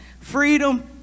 Freedom